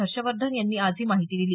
हर्षवर्धन यांनी आज ही माहिती दिली